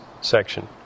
section